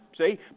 See